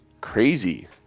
crazy